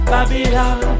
Babylon